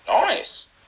Nice